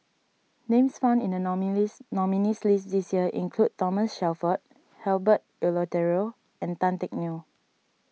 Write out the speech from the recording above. names found in the nominees nominees' list this year include Thomas Shelford Herbert Eleuterio and Tan Teck Neo